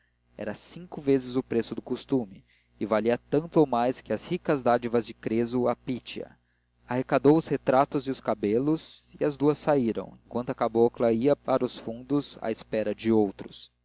era cinco vezes o preço do costume e valia tanto ou mais que as ricas dádivas de creso à pítia arrecadou os retratos e os cabelos e as duas saíram enquanto a cabocla ia para os fundos à espera de outros